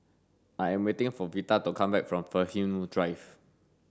I am waiting for Vita to come back from Fernhill Drive